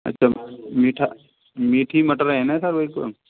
अच्छा मीठा मीठी मटर है न सर वो एक